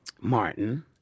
Martin